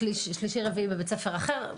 שלישי רביעי בבית ספר אחר,